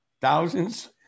thousands